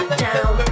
down